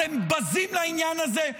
אתם בזים לעניין הזה,